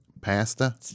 pasta